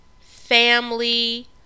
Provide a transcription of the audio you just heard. family